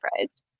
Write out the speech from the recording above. surprised